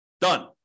Done